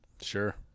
Sure